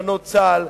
אלמנות צה"ל,